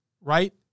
Right